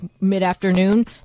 mid-afternoon